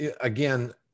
again